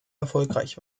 erfolgreich